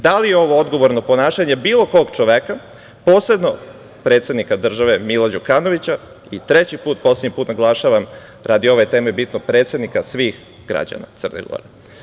Da li je ovo odgovorno ponašanje bilo kog čoveka, posebno predsednika države Mila Đukanovića, I treći put, poslednji put naglašavam, radi ove teme bitno, predsednika svih građana Crne Gore?